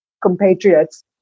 compatriots